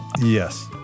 Yes